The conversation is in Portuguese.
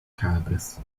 cabras